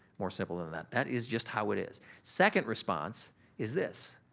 more simple than that. that is just how it is. second response is this.